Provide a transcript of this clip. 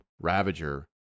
Ravager